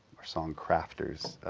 or song crafters.